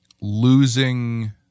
losing